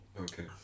Okay